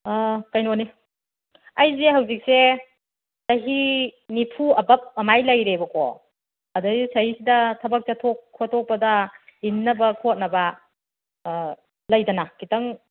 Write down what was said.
ꯀꯩꯅꯣꯅꯤ ꯑꯩꯁꯦ ꯍꯧꯖꯤꯛꯁꯦ ꯆꯍꯤ ꯅꯤꯐꯨ ꯑꯕꯞ ꯑꯃꯥꯏ ꯂꯩꯔꯦꯕꯀꯣ ꯑꯗꯩꯗ ꯁꯤꯗꯩꯁꯤꯗ ꯊꯕꯛ ꯆꯠꯊꯣꯛ ꯈꯣꯇꯣꯛꯄꯗ ꯏꯟꯅꯕ ꯈꯣꯠꯅꯕ ꯂꯩꯗꯅ ꯈꯤꯇꯪ